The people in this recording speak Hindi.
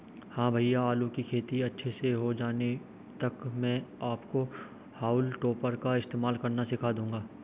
हां भैया आलू की खेती अच्छे से हो जाने तक मैं आपको हाउल टॉपर का इस्तेमाल करना सिखा दूंगा